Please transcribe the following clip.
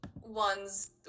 ones